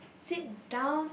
sit down